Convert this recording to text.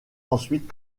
ensuite